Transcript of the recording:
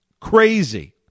crazy